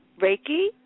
Reiki